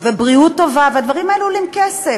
ובריאות טובה, והדברים האלה עולים כסף.